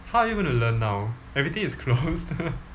how are you going to learn now everything is closed